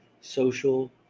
social